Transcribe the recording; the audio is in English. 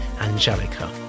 Angelica